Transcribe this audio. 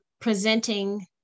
presenting